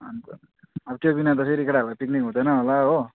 अन्त त्यो बिना त फेरि केटाहरूको पिकनिक हुँदैन होला हो